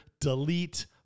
delete